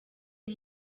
uyu